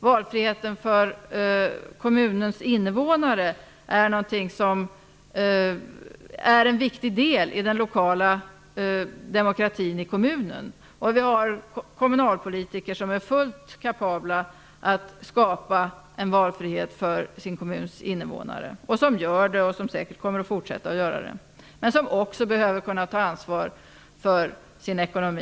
Valfriheten för kommunens innevånare är en viktig del i den lokala demokratin i kommunen. Vi har kommunalpolitiker som är fullt kapabla att skapa en valfrihet för sin kommuns innevånare. De gör det och kommer säkert att fortsätta att göra det. Men de behöver också kunna ta ansvar för sin kommuns ekonomi.